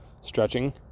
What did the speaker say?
stretching